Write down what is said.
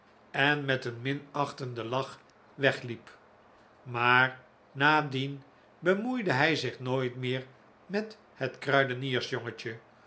en met een minachtenden lach wegliep maar na dien bemoeide hij zich nooit meer met het